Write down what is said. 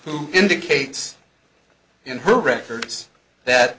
who indicates in her records that